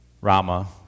Rama